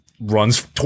runs